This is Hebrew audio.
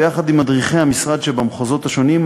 ביחד עם מדריכי המשרד במחוזות השונים,